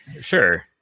Sure